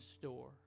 store